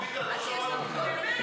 אתה אחריו.